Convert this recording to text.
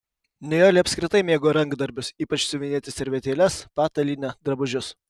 nijolė apskritai mėgo rankdarbius ypač siuvinėti servetėles patalynę drabužius